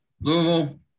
Louisville